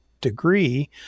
degree